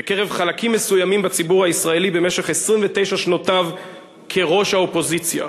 בקרב חלקים מסוימים בציבור הישראלי במשך 29 שנותיו כראש האופוזיציה,